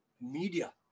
media